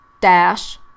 dash